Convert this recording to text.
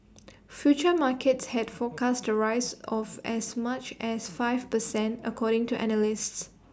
futures markets had forecast rise of as much as five per cent according to analysts